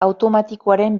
automatikoaren